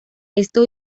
esto